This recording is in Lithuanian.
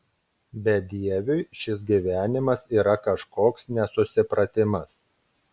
bedieviui šis gyvenimas yra kažkoks nesusipratimas